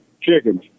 Chickens